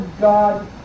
God